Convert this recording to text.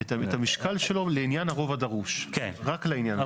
את המשקל שלו לעניין הרוב הדרוש, רק לעניין הזה.